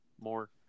more